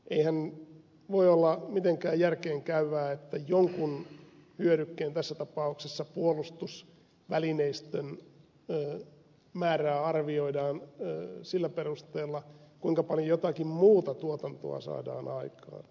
eihän voi olla mitenkään järkeenkäyvää että jonkun hyödykkeen tässä tapauksessa puolustusvälineistön määrää arvioidaan sillä perusteella kuinka paljon jotakin muuta tuotantoa saadaan aikaan